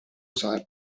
sardo